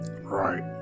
Right